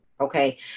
Okay